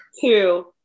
two